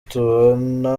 tubona